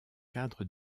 cadre